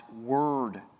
word